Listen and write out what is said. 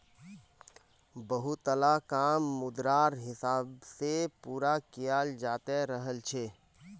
बहुतला काम मुद्रार हिसाब से पूरा कियाल जाते रहल छे